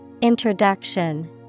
Introduction